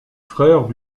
frère